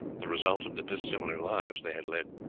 the result of the dissimilar lives they had led.